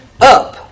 up